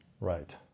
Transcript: Right